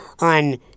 on